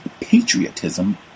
patriotism